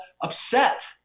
upset